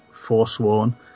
Forsworn